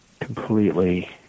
completely